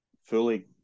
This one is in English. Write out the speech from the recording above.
fully